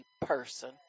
person